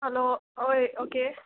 hello हय okay